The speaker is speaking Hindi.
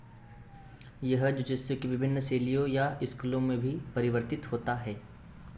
यह जुजित्सु की विभिन्न शैलियों या स्कुलों में भी परिवर्तित होता है